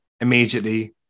Immediately